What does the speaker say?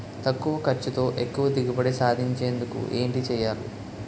తక్కువ ఖర్చుతో ఎక్కువ దిగుబడి సాధించేందుకు ఏంటి చేయాలి?